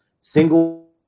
single